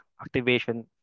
activation